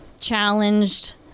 challenged